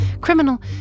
Criminal